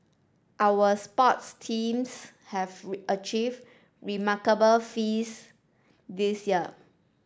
our sports teams have achieved remarkable feats this year